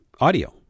audio